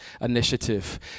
initiative